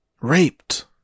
raped